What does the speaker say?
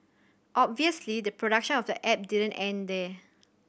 obviously the production of the app didn't end there